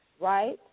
right